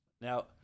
Now